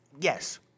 yes